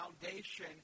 foundation